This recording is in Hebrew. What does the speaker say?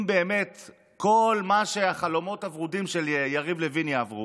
אם באמת כל החלומות הוורודים של יריב לוין יעברו,